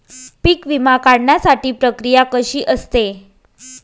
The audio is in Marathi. पीक विमा काढण्याची प्रक्रिया कशी असते?